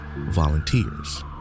volunteers